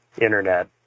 Internet